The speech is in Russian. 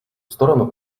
сторону